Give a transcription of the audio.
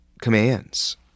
commands